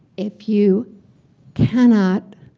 if you cannot